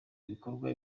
bikorwa